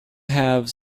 have